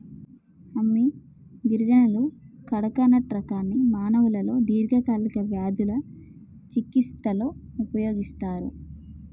అమ్మి గిరిజనులు కడకనట్ రకాన్ని మానవులలో దీర్ఘకాలిక వ్యాధుల చికిస్తలో ఉపయోగిస్తన్నరు